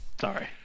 Sorry